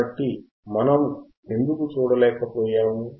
కాబట్టి మనం ఎందుకు చూడలేకపోయాము